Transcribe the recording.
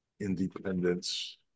independence